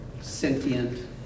sentient